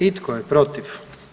I tko je protiv?